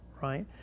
right